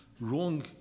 wrong